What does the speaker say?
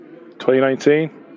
2019